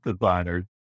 designers